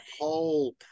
whole